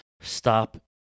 stop